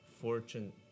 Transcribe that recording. fortune